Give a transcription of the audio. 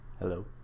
hello